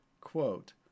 Quote